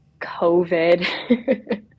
COVID